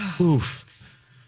Oof